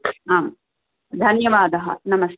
आं धन्यवादः नमस्ते